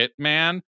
Hitman